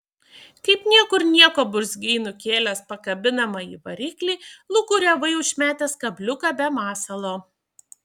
kaip niekur nieko burzgei nukėlęs pakabinamąjį variklį lūkuriavai užmetęs kabliuką be masalo